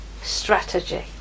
strategy